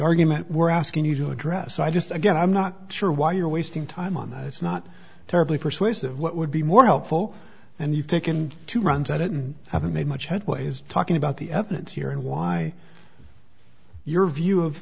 argument we're asking you to address so i just again i'm not sure why you're wasting time on that it's not terribly persuasive what would be more helpful and you've taken to run titan haven't made much headway is talking about the evidence here and why your view of